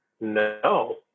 no